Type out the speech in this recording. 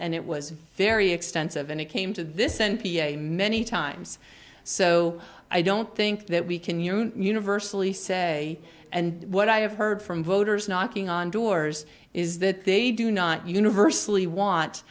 and it was very extensive and it came to this n p a many times so i don't think that we can you universally say and what i have heard from voters knocking on doors is that they do not universally wa